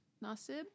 Nasib